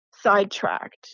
sidetracked